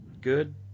good